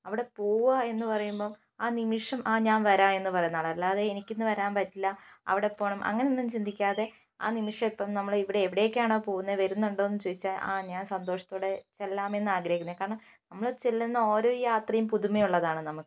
അവിടെ പോവുകയാണ് എന്നു പറയുമ്പം ആ നിമിഷം ആഹ് ഞാൻ വരാം എന്നു പറയുന്നതാണ് അല്ലാതെ എനിക്ക് ഇന്ന് വരാൻ പറ്റില്ല അവിടെ പോണം അങ്ങനെ ഒന്നും ചിന്തിക്കാതെ ആ നിമിഷം ഇപ്പം നമ്മൾ ഇവിടെ എവിടേയ്ക്കാണോ പോവുന്നത് വരുന്നുണ്ടോയെന്ന് ചോദിച്ചാൽ ആഹ് ഞാൻ സന്തോഷത്തോടെ ചെല്ലാം എന്നാണ് ആഗ്രഹിക്കുന്നത് കാരണം നമ്മൾ ചെല്ലുന്ന ഓരോ യാത്രയും പുതുമയുള്ളതാണ് നമുക്ക്